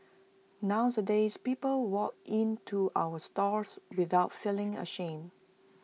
nowadays people walk in to our stores without feeling ashamed